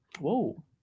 whoa